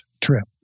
trip